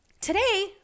today